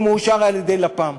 והוא מאושר על-ידי לפ"מ.